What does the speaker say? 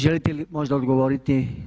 Želite li možda odgovoriti?